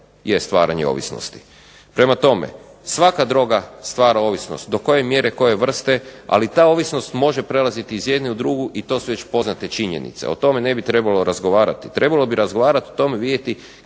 je stvaranje ovisnosti. Prema tome, svaka droga stvara ovisnost. Do koje mjere, koje vrste, ali ta ovisnost može prelaziti iz jedne u drugu i to su već poznate činjenice. O tome ne bi trebalo razgovarati, trebalo bi razgovarati o tome vidjeti